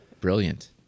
brilliant